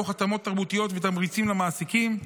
תוך התאמות תרבותיות ותמריצים למעסיקים.